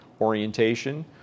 orientation